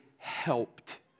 helped